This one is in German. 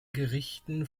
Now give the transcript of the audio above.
gerichten